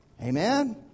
Amen